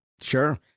Sure